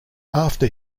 after